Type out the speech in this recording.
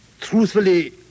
Truthfully